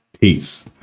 Peace